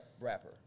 rapper